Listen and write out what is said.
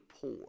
poor